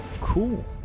cool